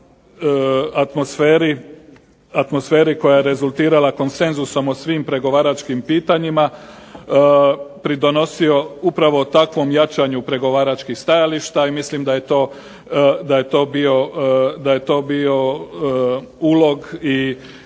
atmosferi koja je rezultirala konsenzusom o svim pregovaračkim pitanjima pridonosio upravo takvom jačanju pregovaračkih stajališta i mislim da je to bio ulog i